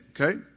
okay